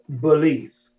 belief